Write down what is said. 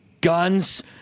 guns